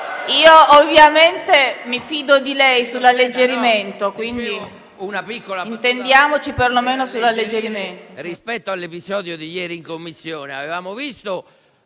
ovviamente mi fido di lei sull'alleggerimento. Intendiamoci almeno sull'alleggerimento.